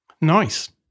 Nice